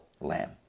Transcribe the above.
Lamb